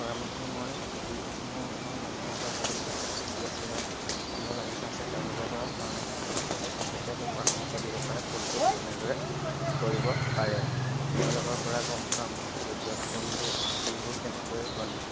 পৰামৰ্শ মই যিসমূহৰ মানুহৰ ঘৰত বহুত বেছি খেতি আছে বা ফুলৰ বাগিচা আছে তেওঁলোকৰ পৰাও পৰামৰ্শ লওঁ যাতে তেওঁলোকে মোক পৰামৰ্শ দিব পাৰে ফুলটো কেনেদৰে কৰিব পাৰে তেওঁলোকৰ পৰা গম পাম যেতিয়া ফুলবোৰ ফুলবোৰ কেনেকৈ বনায়